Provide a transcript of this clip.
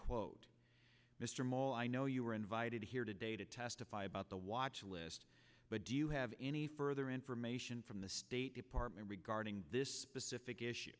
quote mr maule i know you were invited here today to testify about the watch list but do you have any further information from the state department regarding this specific